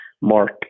Mark